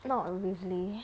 not really